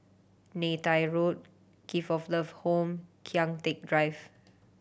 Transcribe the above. Neythai Road Gift of Love Home Kian Teck Drive